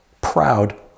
proud